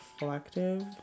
reflective